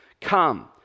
Come